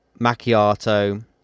macchiato